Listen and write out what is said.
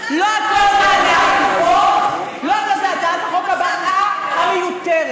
לא הכול זה הצעת החוק הבאה המיותרת,